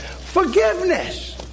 Forgiveness